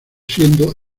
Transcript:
siendo